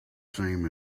same